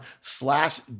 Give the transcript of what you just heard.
slash